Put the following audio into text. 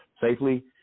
safely